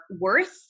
worth